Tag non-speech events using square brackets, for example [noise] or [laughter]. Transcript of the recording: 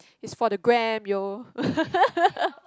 it's for the gram yo [laughs]